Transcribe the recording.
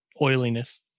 oiliness